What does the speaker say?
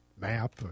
map